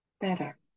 better